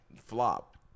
Flop